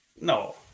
No